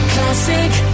Classic